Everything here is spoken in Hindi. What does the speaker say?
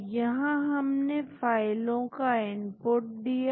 तो यहां हमने फाइल का इनपुट दिया